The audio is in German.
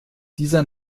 dieser